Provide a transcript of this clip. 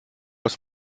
aus